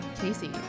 Casey